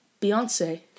Beyonce